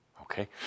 Okay